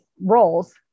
roles